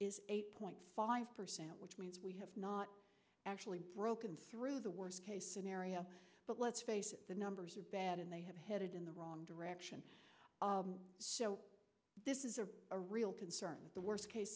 is eight point five percent which means we have not actually broken through the worst case scenario but let's face it the numbers are bad and they have headed in the wrong direction so this is a a real concern the worst case